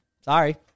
Sorry